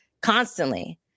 constantly